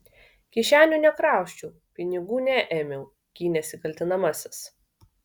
kišenių nekrausčiau pinigų neėmiau gynėsi kaltinamasis